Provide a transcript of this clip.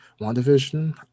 WandaVision